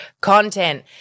content